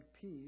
peace